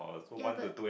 ya but